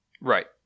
Right